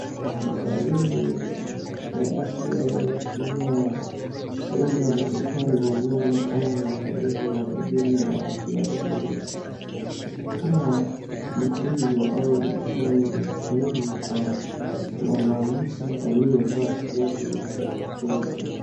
Mtaalumu wa afya ya kinywa, huenda ni daktari wa meno au mtaalumu wa elimu ya afya ya meno, akitoa mafunzo au ushauri kwa mwanamke aliyevaa hijabi ya kijani.